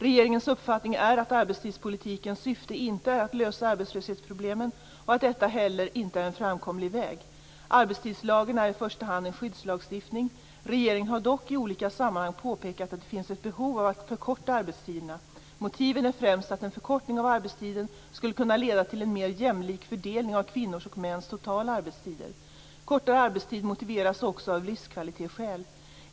Regeringens uppfattning är att arbetstidspolitikens syfte inte är att lösa arbetslöshetsproblemen och att detta inte heller är en framkomlig väg. Arbetstidslagen är i första hand en skyddslagstiftning. Regeringen har dock i olika sammanhang pekat på att det finns ett behov av att förkorta arbetstiderna. Motiven är främst att en förkortning av arbetstiden skulle kunna leda till en mer jämlik fördelning av kvinnors och mäns totala arbetstider. Kortare arbetstider motiveras också av livskvalitetsskäl.